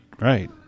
Right